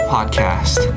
Podcast